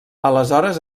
aleshores